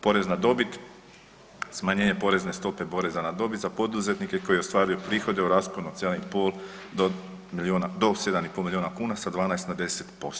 Porez na dobit, smanjenje porezne stope poreza na dobit za poduzetnike koji ostvaruju prihode u rasponu od 7,5 do milijuna, do 7,5 milijuna kuna sa 12 na 10%